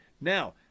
Now